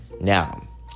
Now